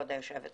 כבוד היושבת ראש,